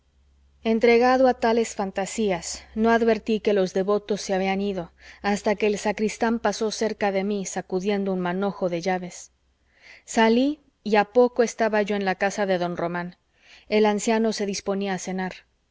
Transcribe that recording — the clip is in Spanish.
entregado a tales fantasías no advertí que los devotos se habían ido hasta que el sacristán pasó cerca de mí sacudiendo un manojo de llaves salí y a poco estaba yo en la casa de don román el anciano se disponía a cenar